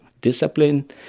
discipline